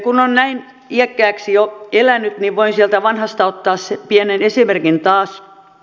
kun on näin iäkkääksi jo elänyt niin voin sieltä vanhasta ottaa pienen esimerkin taas